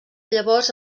llavors